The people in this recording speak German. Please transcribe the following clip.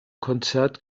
konzert